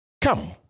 come